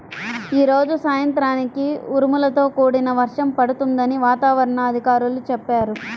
యీ రోజు సాయంత్రానికి ఉరుములతో కూడిన వర్షం పడుతుందని వాతావరణ అధికారులు చెప్పారు